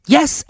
Yes